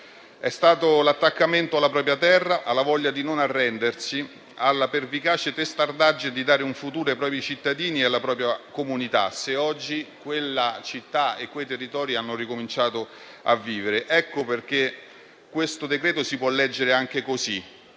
È stato per l'attaccamento alla propria terra, per la voglia di non arrendersi e la pervicace testardaggine di dare un futuro ai propri cittadini e alla propria comunità se oggi quella città e quei territori hanno ricominciato a vivere. Ecco perché questo decreto-legge si può leggere anche in